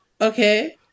okay